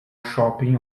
shopping